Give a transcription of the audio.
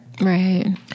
right